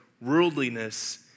worldliness